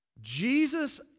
Jesus